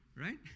right